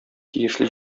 тиешле